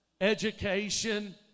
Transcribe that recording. education